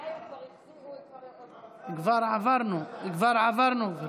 כבר עברנו, גברתי.